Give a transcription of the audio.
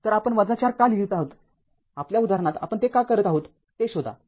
तरआपण ४ का लिहीत आहोत आपल्या उदाहरणात आपण हे का करत आहोत ते शोधा